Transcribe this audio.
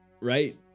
Right